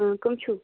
کٕم چھِو